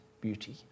beauty